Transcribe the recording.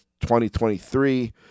2023